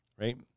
right